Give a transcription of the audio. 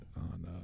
on